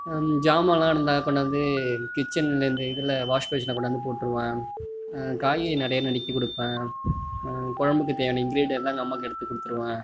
சாமலாம் இருந்தால் கொண்டாந்து கிச்சனில் இந்த இதில் வாஷ்பேஷின்ல கொண்டாந்து போட்டுருவேன் காய்கறி நிறையா நறுக்கி கொடுப்பேன் குழம்புக்கு தேவையான இன்க்ரிடியன்லாம் எங்கள் அம்மாவுக்கு எடுத்து கொடுத்துருவேன்